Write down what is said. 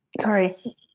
Sorry